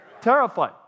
Terrified